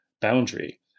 boundary